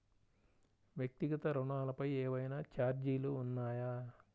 వ్యక్తిగత ఋణాలపై ఏవైనా ఛార్జీలు ఉన్నాయా?